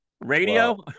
Radio